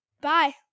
Bye